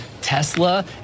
Tesla